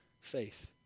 faith